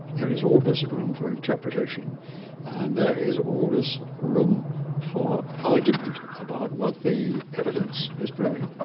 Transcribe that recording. there is always room for interpretation and there is always room for argument about what the evidence is proving.